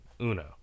uno